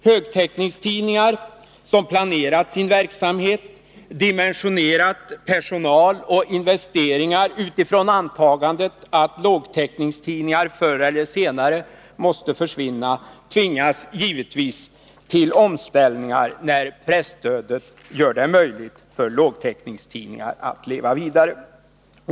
Högtäckningstidningar som planerat sin verksamhet — dimensionerat personal och investeringar utifrån antagandet att lågtäckningstidningar förr eller senare måste försvinna — tvingas givetvis till omställningar, när presstödet gör det möjligt för lågtäckningstidningar att leva vidare.